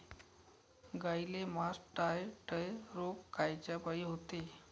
गाईले मासटायटय रोग कायच्यापाई होते?